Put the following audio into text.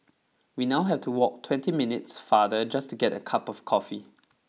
we now have to walk twenty minutes farther just to get a cup of coffee